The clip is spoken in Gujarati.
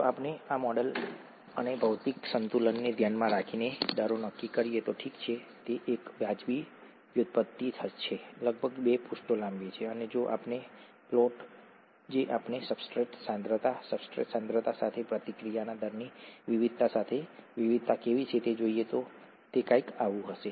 જો આપણે આ મોડેલ અને ભૌતિક સંતુલનને ધ્યાનમાં રાખીને દરો નક્કી કરીએ તો ઠીક છે તે એક વાજબી વ્યુત્પત્તિ છે લગભગ બે પૃષ્ઠો લાંબી છે અને જો આપણે પ્લોટ જો આપણે સબસ્ટ્રેટ સાંદ્રતા સબસ્ટ્રેટ સાંદ્રતા સાથે પ્રતિક્રિયાના દરની વિવિધતા સાથે વિવિધતા કેવી છે તે જોઈએ તો તે કંઈક આવું હશે